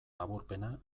laburpena